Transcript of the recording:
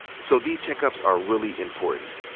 so, these checkups are really important.